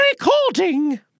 recording